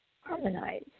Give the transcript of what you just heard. harmonize